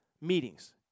meetings